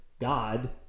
God